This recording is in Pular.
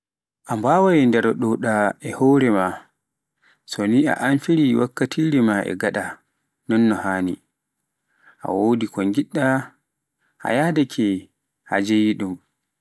A mbaawai ndarooɗa e hore maa, so ne a amfiri wakkatire maa e gaɗa nonno haani, a wodi ko ngiɗɗa a yadaake a jeeyi ɗum.